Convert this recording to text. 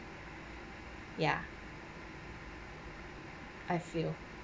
ya I feel